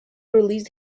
released